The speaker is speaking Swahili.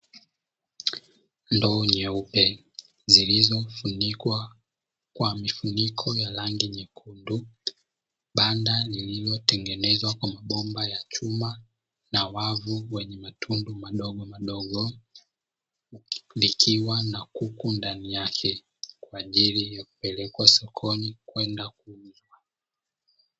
Ndoo nyeupe zilizofunikwa kwa mifunikio ya rangi nyekundu. Banda lililotengenezwa kwa mabomba ya chuma na wavu wenye matundu madogomadogo, likiwa na kuku ndani yake kwa ajili ya kupelekwa sokoni kwenda kuuzwa.